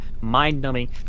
mind-numbing